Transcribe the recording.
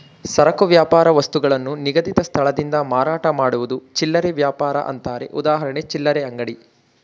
ಸರಕು ವ್ಯಾಪಾರ ವಸ್ತುಗಳನ್ನು ನಿಗದಿತ ಸ್ಥಳದಿಂದ ಮಾರಾಟ ಮಾಡುವುದು ಚಿಲ್ಲರೆ ವ್ಯಾಪಾರ ಅಂತಾರೆ ಉದಾಹರಣೆ ಚಿಲ್ಲರೆ ಅಂಗಡಿ